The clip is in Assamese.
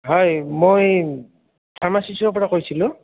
হয় মই ফাৰ্মাচিচৰ পৰা কৈছিলোঁ